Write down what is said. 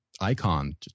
icon